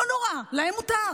לא נורא, להם מותר.